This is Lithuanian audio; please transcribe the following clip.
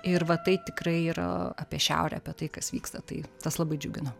ir va tai tikrai yra apie šiaurę apie tai kas vyksta tai tas labai džiugina